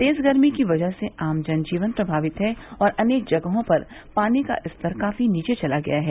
तेज़ गर्मी की वजह से आम जन जीवन प्रभावित है और अनेक जगहों पर पानी का स्तर काफ़ी नीचे चला गया है